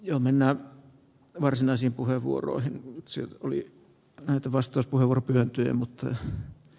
ja mennään varsinaisen puheenvuoroihin se oli emäntä vastus puurtinen työ mutta